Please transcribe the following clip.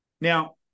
Now